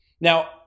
Now